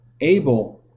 Abel